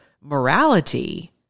morality